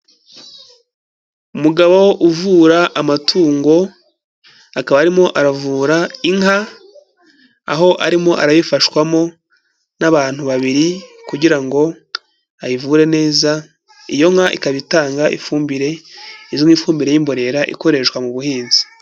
Umugabo uvura amatungo akaba arimo aravura inka aho arimo arayifashwamo n'abantu babiri kugira ngo ayivure neza, iyo nka ikaba itanga ifumbire izwi nk'ifumbire y'imborera ikoreshwa mu buhinzi.